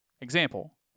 Example